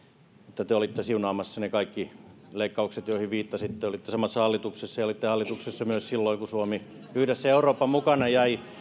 te te olitte siunaamassa ne kaikki leikkaukset joihin viittasitte olitte samassa hallituksessa ja olitte hallituksessa myös silloin kun suomi yhdessä euroopan mukana jäi